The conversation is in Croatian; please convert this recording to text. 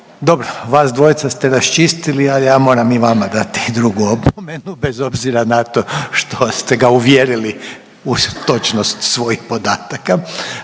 Dobro, vas dvojica ste raščistili, al ja moram i vama dati drugu opomenu bez obzira na to što ste ga uvjerili u točnost svojih podataka.